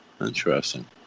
Interesting